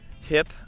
Hip